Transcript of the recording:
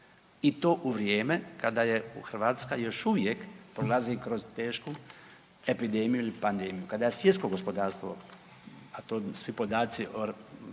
i to u vrijeme kada je Hrvatska još uvijek prolazi kroz tešku epidemiju ili pandemiju, kada svjetsko gospodarstvo, a to svi podaci o